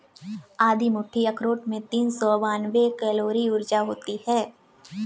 आधी मुट्ठी अखरोट में तीन सौ बानवे कैलोरी ऊर्जा होती हैं